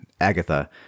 Agatha